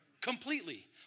completely